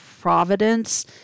providence